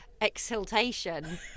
exultation